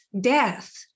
death